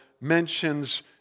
mentions